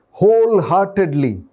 wholeheartedly